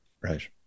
right